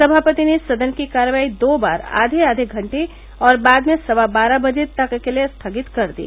समापति ने सदन की कार्यवाही दो बार आधे आघे घंटे और बाद में सवा बारह बजे तक के लिए स्थगित कर दी